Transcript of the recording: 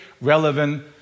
relevant